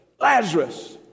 Lazarus